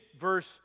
verse